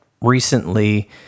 recently